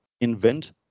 invent